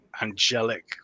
angelic